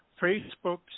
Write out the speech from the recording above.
Facebook